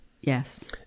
Yes